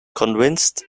convinced